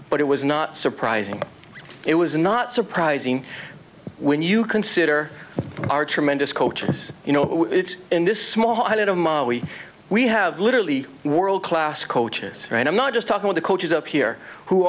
but it was not surprising it was not surprising when you consider our tremendous coaches you know it's in this small item on we we have literally world class coaches and i'm not just talking of the coaches up here who